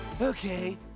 Okay